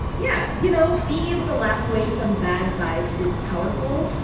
yeah, you know being able to laugh away some bad vibes is powerful.